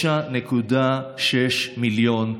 9.6 מיליון צפיות.